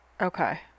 Okay